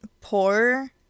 poor